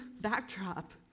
backdrop